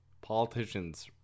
politicians